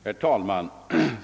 Herr talman!